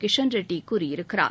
கிஷண் ரெட்டி கூறியிருக்கிறார்